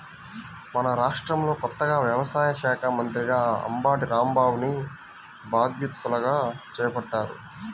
మన రాష్ట్రంలో కొత్తగా వ్యవసాయ శాఖా మంత్రిగా అంబటి రాంబాబుని బాధ్యతలను చేపట్టారు